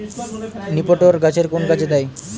নিপটর গাছের কোন কাজে দেয়?